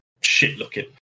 shit-looking